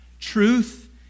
Truth